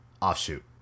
offshoot